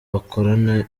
bakorana